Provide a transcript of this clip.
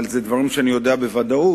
אבל אלה דברים שאני יודע בוודאות,